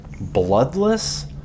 bloodless